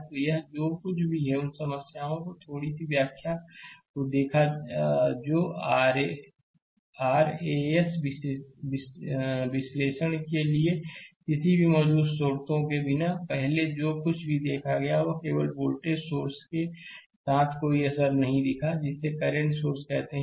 तो यह जो कुछ भी है उन समस्याओं और थोड़ी सी व्याख्या को देखा है जो कि आरएएस विश्लेषण के लिए किसी भी मौजूदा स्रोतों के बिना है पहले जो कुछ भी देखा है वह केवल वोल्टेज सोर्स के साथ कोई आर नहीं देखा है जिसे करंट सोर्स कहते हैं